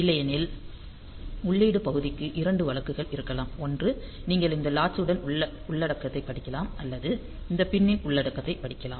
இல்லையெனில் உள்ளீட்டு பகுதிக்கு இரண்டு வழக்குகள் இருக்கலாம் ஒன்று நீங்கள் இந்த லாட்சு ன் உள்ளடக்கத்தைப் படிக்கலாம் அல்லது இந்த பின் னின் உள்ளடக்கத்தைப் படிக்கலாம்